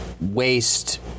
waste